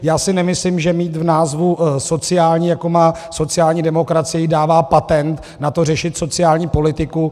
Já si nemyslím, že mít v názvu sociální, jako má sociální demokracie, jí dává patent na to řešit sociální politiku.